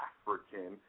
African